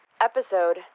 episode